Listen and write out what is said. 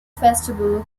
festival